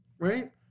Right